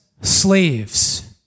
slaves